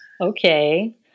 Okay